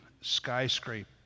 skyscraper